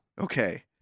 Okay